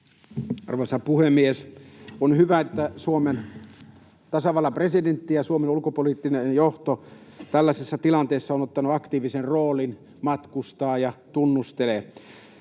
Arvoisa puhemies! On hyvä, että Suomen tasavallan presidentti ja Suomen ulkopoliittinen johto tällaisessa tilanteessa ovat ottaneet aktiivisen roolin, matkustavat ja tunnustelevat.